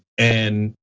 and,